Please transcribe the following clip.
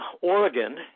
Oregon